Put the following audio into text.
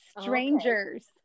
strangers